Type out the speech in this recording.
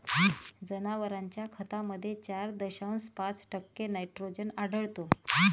जनावरांच्या खतामध्ये चार दशांश पाच टक्के नायट्रोजन आढळतो